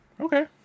okay